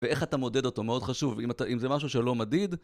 ואיך אתה מודד אותו, מאוד חשוב, אם זה משהו שלא מדיד